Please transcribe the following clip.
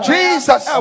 Jesus